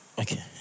okay